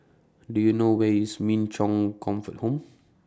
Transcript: Do YOU know Where IS Min Chong Comfort Home